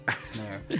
snare